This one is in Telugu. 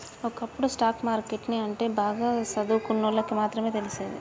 ఒకప్పుడు స్టాక్ మార్కెట్ ని అంటే బాగా సదువుకున్నోల్లకి మాత్రమే తెలిసేది